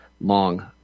long